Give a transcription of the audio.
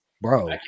bro